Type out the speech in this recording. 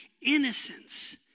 Innocence